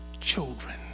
children